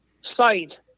site